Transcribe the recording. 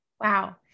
wow